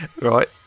Right